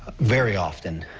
very often.